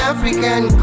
African